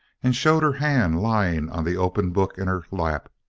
and showed her hand lying on the open book in her lap,